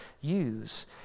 use